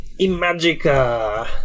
Imagica